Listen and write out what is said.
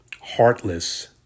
heartless